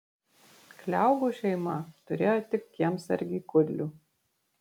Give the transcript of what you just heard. kliaugų šeima turėjo tik kiemsargį kudlių